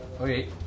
Okay